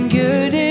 good